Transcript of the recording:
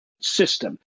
system